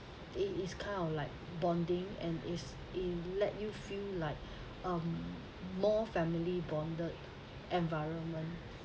it is kind of like bonding and is in let you feel like um more family bonded environment